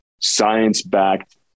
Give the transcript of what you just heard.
science-backed